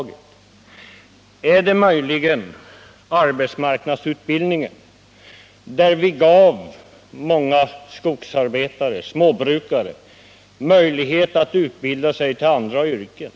Gäller det möjligen arbetsmarknadsutbildningen, där vi gav många skogsarbetare och småbrukare möjlighet att utbilda sig till andra yrken?